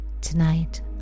Tonight